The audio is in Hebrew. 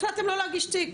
החלטתם לא להגיש תיק,